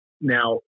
Now